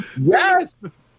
Yes